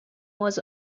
was